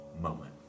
moment